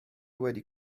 wedi